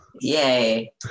Yay